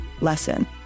lesson